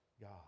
God